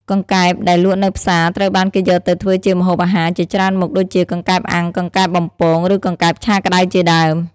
កង្កែបដែលលក់នៅផ្សារត្រូវបានគេយកទៅធ្វើជាម្ហូបអាហារជាច្រើនមុខដូចជា កង្កែបអាំង កង្កែបបំពង ឬកង្កែបឆាក្ដៅជាដើម។